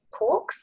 porks